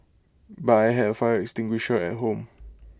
but I had A fire extinguisher at home